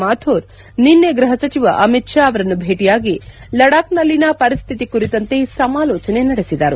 ಮಾಥೂರ್ ನಿನ್ನೆ ಗೃಹ ಸಚಿವ ಅಮಿತ್ ಷಾ ಅವರನ್ನು ಭೇಟಿಯಾಗಿ ಲಡಾಕ್ನಲ್ಲಿನ ಪರಿಸ್ಹಿತಿ ಕುರಿತಂತೆ ಸಮಾಲೋಚನೆ ನಡೆಸಿದರು